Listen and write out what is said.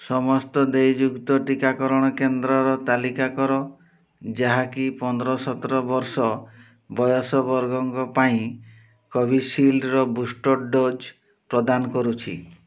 ସମସ୍ତ ଦେୟଯୁକ୍ତ ଟିକାକରଣ କେନ୍ଦ୍ରର ତାଲିକା କର ଯାହାକି ପନ୍ଦର ସତର ବର୍ଷ ବୟସ ବର୍ଗଙ୍କ ପାଇଁ କୋଭିଶିଲ୍ଡ୍ର ବୁଷ୍ଟର୍ ଡୋଜ୍ ପ୍ରଦାନ କରୁଛି